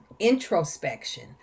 introspection